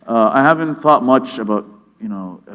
i haven't thought much about you know